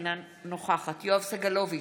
אינה נוכחת יואב סגלוביץ'